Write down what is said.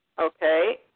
Okay